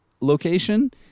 location